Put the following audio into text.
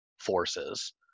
forces